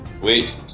Wait